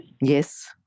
Yes